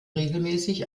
regelmäßig